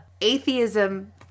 atheism